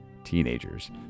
teenagers